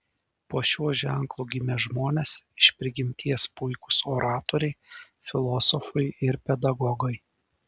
po šiuo ženklu gimę žmonės iš prigimties puikūs oratoriai filosofai ir pedagogai